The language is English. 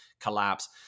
collapse